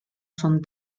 son